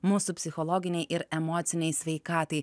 mūsų psichologinei ir emocinei sveikatai